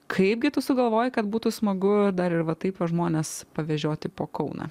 kaipgi tu sugalvoji kad būtų smagu dar ir va taip vat žmones pavežioti po kauną